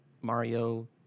Mario